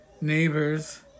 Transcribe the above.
neighbors